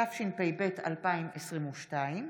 התשפ"ב 2022,